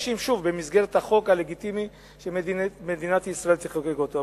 במסגרת החוק הלגיטימי שמדינת ישראל תחוקק אותו.